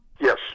Yes